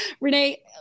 Renee